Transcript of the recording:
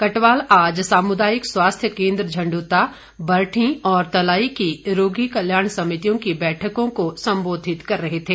कटवाल आज सामुदायिक स्वास्थ्य केन्द्र झण्डूता बरठी और तलाई की रोगी कल्याण समितियों की बैठकों को संबोधित कर रहे थे